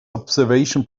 observation